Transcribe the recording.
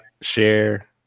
share